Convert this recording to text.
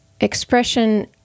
expression